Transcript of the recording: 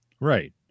Right